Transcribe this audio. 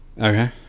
Okay